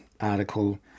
article